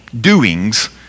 doings